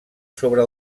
sobre